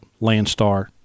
Landstar